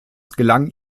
gelang